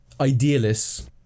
idealists